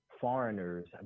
foreigners